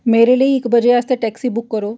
मेरे लेई इक बजे आस्तै टैक्सी बुक करो